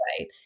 right